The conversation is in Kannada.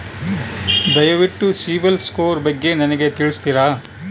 ದಯವಿಟ್ಟು ಸಿಬಿಲ್ ಸ್ಕೋರ್ ಬಗ್ಗೆ ನನಗೆ ತಿಳಿಸ್ತೀರಾ?